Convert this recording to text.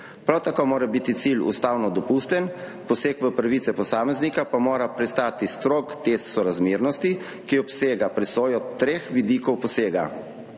Prav tako mora biti cilj ustavno dopusten, poseg v pravice posameznika pa mora prestati strog test sorazmernosti, ki obsega presojo treh vidikov posega: